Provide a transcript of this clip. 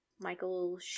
michael